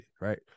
right